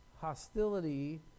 hostility